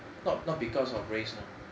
not not because of race you know